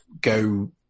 go